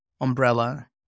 umbrella